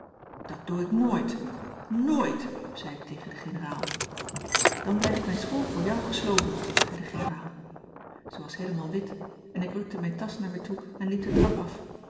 dat doe ik nooit nooit zei ik tegen de generaal dan blijft mijn school voor jou gesloten zei de generaal ze was heelemaal wit en ik rukte mijn tasch naar me toe en liep de trap af